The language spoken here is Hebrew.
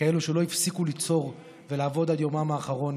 כאלה שלא הפסיקו ליצור ולעבוד עד יומם האחרון,